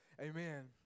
Amen